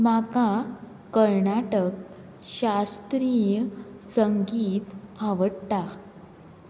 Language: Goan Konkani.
म्हाका कर्नाटक शास्त्रीय संगीत आवडटा